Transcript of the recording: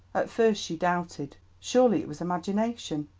at first she doubted surely it was imagination.